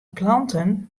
planten